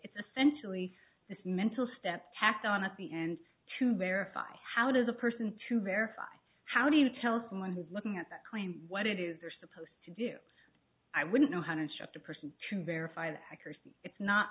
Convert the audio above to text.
it's essentially this mental step tacked on at the end to verify how does a person to verify how do you tell someone who's looking at that claim what it is they're supposed to do i wouldn't know how to shop the person to verify the accuracy it's not